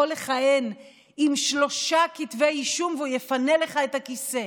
לכהן עם שלושה כתבי אישום והוא יפנה לך את הכיסא.